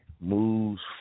moves